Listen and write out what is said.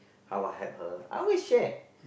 how I help her I always share